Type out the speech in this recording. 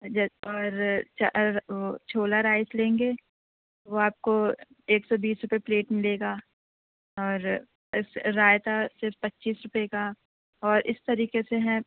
جے اور چھولا رائس لیں گے وہ آپ کو ایک سو بیس روپے پلیٹ ملے گا اور رایتہ صرف پچیس روپے کا اور اس طریقہ سے ہیں